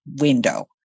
window